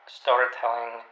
storytelling